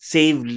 Save